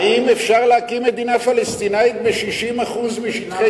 האם אפשר להקים מדינה פלסטינית ב-60% משטחי